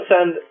send